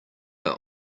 our